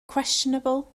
questionable